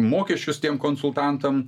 mokesčius tiem konsultantam